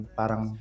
parang